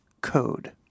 code